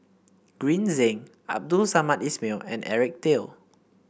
Green Zeng Abdul Samad Ismail and Eric Teo